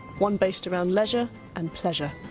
one based around leisure and pleasure.